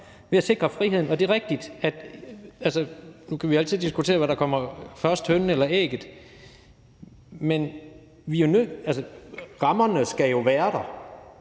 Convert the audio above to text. ved at sikre friheden, og det er jo rigtigt, at vi altid kan diskutere, hvad der kommer først, hønen eller ægget. Men rammerne skal jo være der,